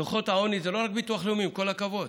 דוחות העוני זה לא רק ביטוח לאומי, עם כל הכבוד,